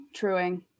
truing